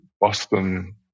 Boston